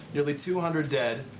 nearly two hundred dead,